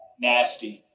Nasty